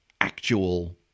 actual